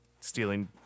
stealing